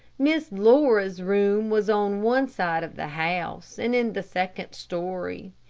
miss laura's room was on one side of the house, and in the second story.